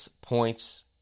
points